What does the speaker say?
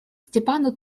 степану